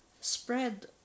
spread